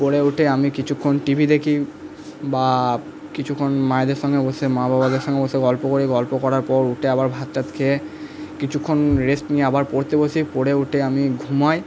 পড়ে উঠে আমি কিছুক্ষণ টি ভি দেখি বা কিছুখণ মায়েদের সঙ্গে বসে মা বাবাদের সঙ্গে বসে গল্প করি গল্প করার পর উঠে আবার ভাত টাথ খেয়ে কিছুক্ষণ রেস্ট নিয়ে আবার পড়তে বসি পড়ে উঠে আমি ঘুমাই